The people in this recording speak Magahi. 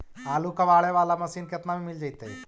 आलू कबाड़े बाला मशीन केतना में मिल जइतै?